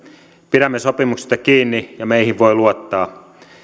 pidämme sopimuksista kiinni ja meihin voi luottaa